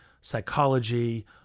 psychology